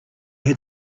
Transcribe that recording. had